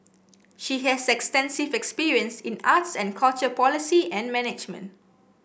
she has extensive experience in arts and culture policy and management